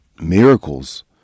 miracles